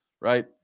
right